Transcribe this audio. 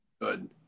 Good